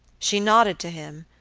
she nodded to him,